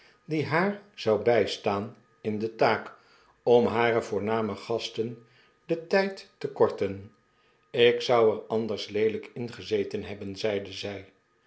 die haar zou bijstaan in de taak om hare voorname gasten den tyd te korten ik zou er anders leelyk ingezeten hebben zeide zy